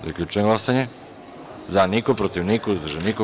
Zaključujem glasanje: za – niko, protiv – niko, uzdržanih – nema.